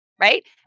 Right